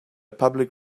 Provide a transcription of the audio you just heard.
public